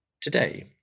Today